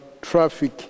traffic